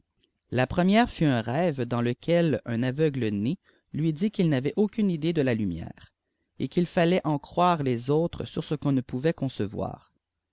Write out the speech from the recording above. la première fut un rêve dans lequel un aveugle-né lui dit qu'il n'avait aucune idée de la lumière et qu'il fallait en croire les autres sur ce qu'on ne pouvait concevoir